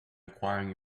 acquiring